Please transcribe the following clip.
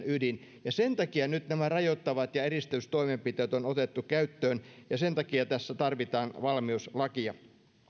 ydin ja sen takia nyt nämä rajoittavat ja eristystoimenpiteet on otettu käyttöön ja sen takia tässä tarvitaan valmiuslakia